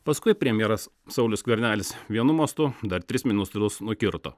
paskui premjeras saulius skvernelis vienu mostu dar tris minustrus nukirto